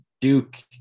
Duke